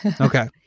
Okay